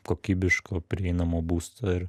kokybiško prieinamo būsto ir